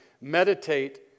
Meditate